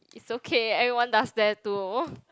it's okay everyone does that too